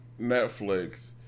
Netflix